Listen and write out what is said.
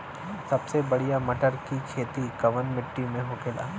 सबसे बढ़ियां मटर की खेती कवन मिट्टी में होखेला?